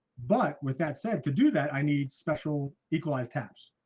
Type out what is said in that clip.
but with that said to do that, i need special equalized taps.